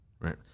right